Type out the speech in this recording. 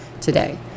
today